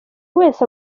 wese